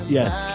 Yes